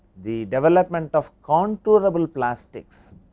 the development of contourable plastics